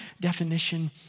definition